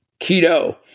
keto